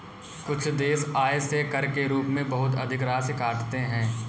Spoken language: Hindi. कुछ देश आय से कर के रूप में बहुत अधिक राशि काटते हैं